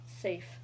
Safe